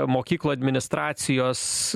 mokyklų administracijos